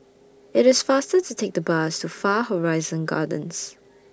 IT IS faster to Take The Bus to Far Horizon Gardens